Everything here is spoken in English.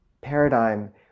paradigm